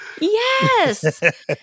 Yes